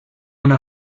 una